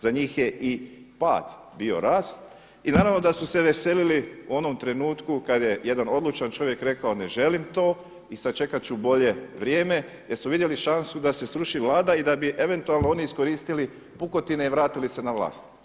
Za njih je i pad bio rast i naravno da su se veselili onom trenutku kad je jedan odlučan čovjek rekao ne želim to i sačekat ću bolje vrijeme, jer su vidjeli šansu da se sruši Vlada i da bi eventualno oni iskoristili pukotine i vratili se na vlast.